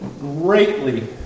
greatly